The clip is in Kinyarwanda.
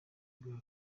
bwa